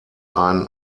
ein